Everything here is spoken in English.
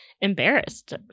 embarrassed